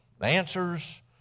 answers